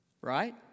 right